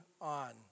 on